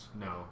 No